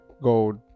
gold